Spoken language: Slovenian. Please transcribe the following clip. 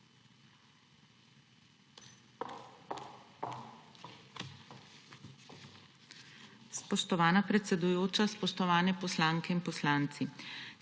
Spoštovana predsedujoča, spoštovani poslanke in poslanci,